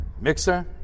Mixer